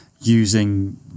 using